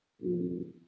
mm